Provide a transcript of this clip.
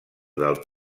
del